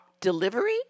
Delivery